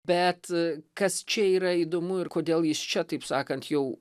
bet kas čia yra įdomu ir kodėl jis čia taip sakant jau